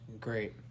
Great